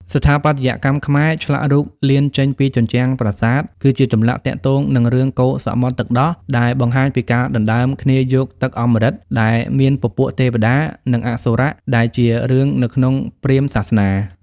ស្ថាបត្យកម្មខ្មែរឆ្លាក់រូបលៀនចេញពីជញ្ជ្រាំប្រាសាទគឺជាចម្លាក់ទាក់ទងនិងរឿងកូរសមុទ្រទឹកដោះដែលបង្ហាញពីការដណ្តើមគ្នាយកទឹកអំរិតដែលមានពពួកទេវតានិងអសុរៈដែលជារឿងនៅក្នុងព្រាហ្មណ៍សាសនា។